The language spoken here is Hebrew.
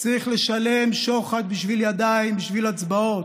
צריך לשלם שוחד בשביל ידיים, בשביל הצבעות.